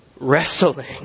Wrestling